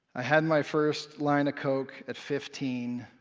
i had my first line of coke at fifteen.